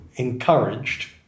Encouraged